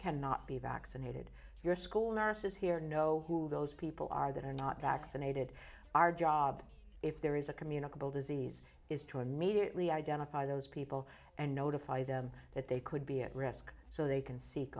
cannot be vaccinated your school nurses here know who those people are that are not vaccinated our job if there is a communicable disease is to immediately identify those people and notify them that they could be at risk so they can seek